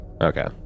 Okay